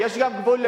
יש גם גבול,